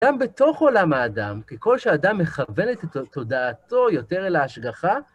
גם בתוך עולם האדם, ככל שאדם מכוון את תודעתו יותר אל ההשגחה..